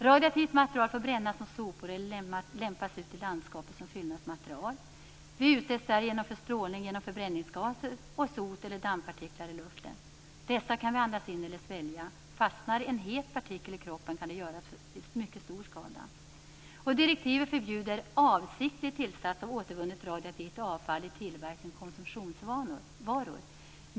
Radioaktivt material får brännas som sopor eller lämpas ut i landskapet som fyllnadsmaterial. Vi utsätts därigenom för strålning genom förbränningsgaser och sot eller dammpartiklar i luften. Dessa kan vi andas in eller svälja. Om en het partikel fastnar i kroppen kan den göra mycket stor skada. Direktivet förbjuder avsiktlig tillsats av återvunnet radioaktivt avfall i tillverkning av konsumtionsvaror.